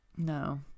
No